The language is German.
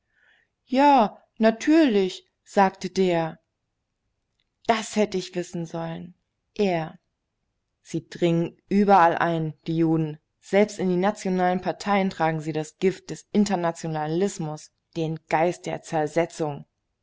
ja natürlich sagt der das hätte ich wissen sollen er sie dringen überall ein die juden selbst in die nationalen parteien tragen sie das gift des internationalismus den geist der zersetzung